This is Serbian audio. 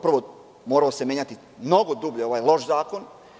Prvo, moralo se menjati mnogo dublje ovaj loš zakon.